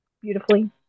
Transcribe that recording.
beautifully